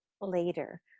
later